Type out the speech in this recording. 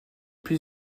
plus